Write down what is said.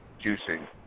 juicing